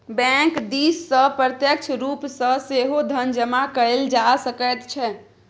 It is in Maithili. बैंक दिससँ प्रत्यक्ष रूप सँ सेहो धन जमा कएल जा सकैत छै